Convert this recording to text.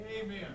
Amen